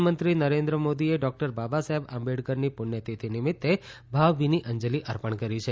પ્રધાનમંત્રી નરેન્રં મોદીએ ડોક્ટર બાબાસાહેબ આંબેડકરની પુસ્થતિથી નિમિત્તે ભાવભીની અંજલી અર્પણ કરી છે